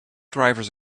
drivers